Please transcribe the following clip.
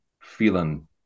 feeling